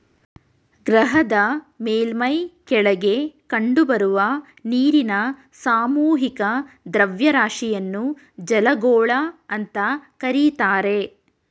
ಗ್ರಹದ ಮೇಲ್ಮೈ ಕೆಳಗೆ ಕಂಡುಬರುವ ನೀರಿನ ಸಾಮೂಹಿಕ ದ್ರವ್ಯರಾಶಿಯನ್ನು ಜಲಗೋಳ ಅಂತ ಕರೀತಾರೆ